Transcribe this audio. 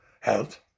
health